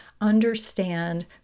understand